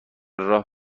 راه